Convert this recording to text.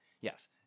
yes